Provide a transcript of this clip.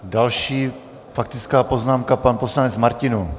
Další faktická poznámka, pan poslanec Martinů.